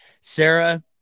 Sarah